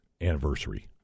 anniversary